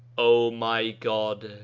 o my god!